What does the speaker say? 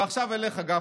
ועכשיו אליך, גפני.